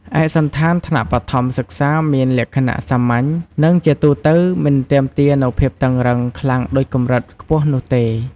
ឯកសណ្ឋានថ្នាក់បឋមសិក្សាមានលក្ខណៈសាមញ្ញ និងជាទូទៅមិនទាមទារនូវភាពតឹងរ៉ឹងខ្លាំងដូចកម្រិតខ្ពស់នោះទេ។